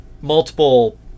multiple